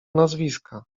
nazwiska